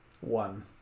one